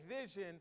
vision